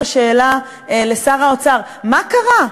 את השאלה לשר האוצר: מה קרה?